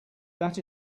that